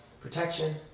protection